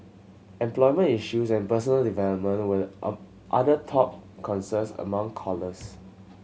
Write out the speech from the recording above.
employment issues and personal development was on other top concerns among callers